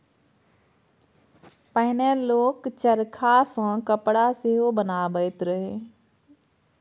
पहिने लोक चरखा सँ कपड़ा सेहो बनाबैत रहय